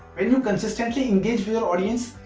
when you consistently engage but audience,